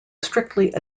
strictly